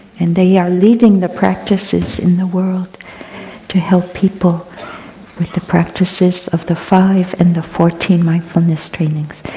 and they are leading the practices in the world to help people with the practices of the five and the fourteen mindfulness trainings.